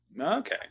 Okay